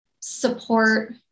support